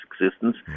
existence